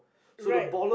right